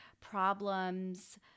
problems